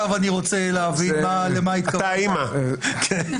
אתה האימא.